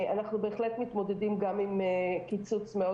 אנחנו בהחלט מתמודדים גם עם קיצוץ מאוד